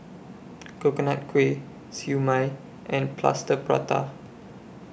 Coconut Kuih Siew Mai and Plaster Prata